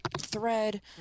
thread